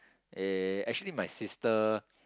eh actually my sister